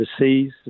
overseas